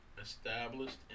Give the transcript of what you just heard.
established